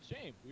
shame